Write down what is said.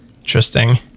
Interesting